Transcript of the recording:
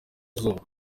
izuba